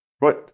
Right